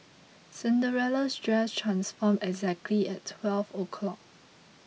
Cinderella's dress transformed exactly at twelve o'clock